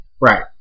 Right